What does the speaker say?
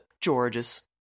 George's